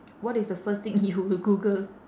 what is the first thing you will google